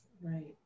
right